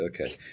okay